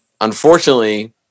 unfortunately